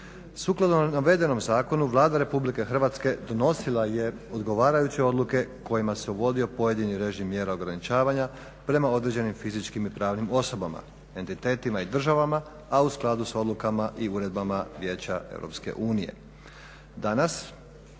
Sukladno navedenom zakonu Vlada RH donosila je odgovarajuće odluke kojima se uvodio pojedini režim mjera ograničavanja prema određenim fizičkim i pravnim osobama, entitetima i državama, a u skladu s odlukama i uredbama Vijeća EU. Danas